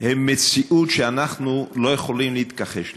הם מציאות שאנחנו לא יכולים להתכחש לה.